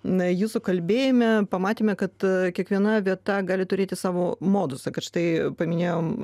na jūsų kalbėjime pamatėme kad kiekviena vieta gali turėti savo modusą kad štai paminėjom